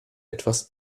etwas